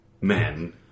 men